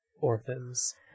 orphans